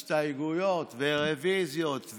הסתייגויות, רוויזיות,